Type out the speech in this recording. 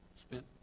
spent